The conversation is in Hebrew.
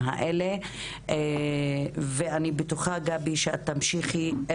האלה ואני בטוחה גבי שאת תמשיכי בדיוק